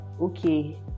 okay